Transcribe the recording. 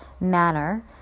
manner